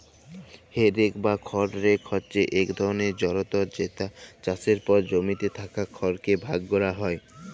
হে rake বা খড় rake হছে ইক ধরলের যলতর যেট চাষের পর জমিতে থ্যাকা খড়কে ভাগ ক্যরা হ্যয়